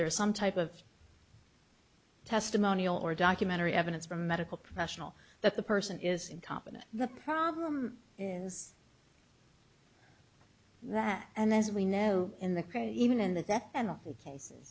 there is some type of testimonial or documentary evidence from medical professional that the person is incompetent the problem is that and as we know in the create even in the death penalty cases